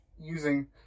using